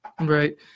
Right